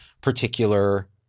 particular